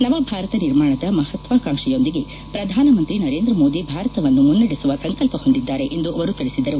ನವಭಾರತ ನಿರ್ಮಾಣದ ಮಹತ್ವಾಕಾಂಕ್ಷೆಯೊಂದಿಗೆ ಪ್ರಧಾನಮಂತ್ರಿ ನರೇಂದ್ರ ಮೋದಿ ಭಾರತವನ್ನು ಮುನ್ನಡೆಸುವ ಸಂಕಲ್ಪ ಹೊಂದಿದ್ದಾರೆ ಎಂದು ಅವರು ತಿಳಿಸಿದರು